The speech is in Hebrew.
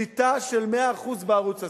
שליטה של 100% בערוץ הזה.